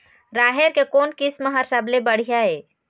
राहेर के कोन किस्म हर सबले बढ़िया ये?